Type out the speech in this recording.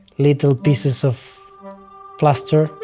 little pieces of plaster,